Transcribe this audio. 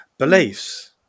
Beliefs